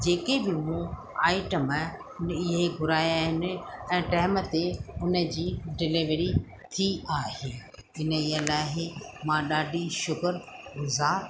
जेके बि मूं आइटम इहे घुराया आहिनि ऐं टाइम ते हुन जी डिलीवरी थी आहे इन ई लाइ मां ॾाढी शुक़ुर गुज़ारु आहियां